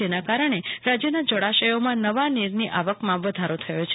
જેના કારણે રાજ્યના જળાશયોમાં નવા નીરની આવકમાં વધારો થયો છે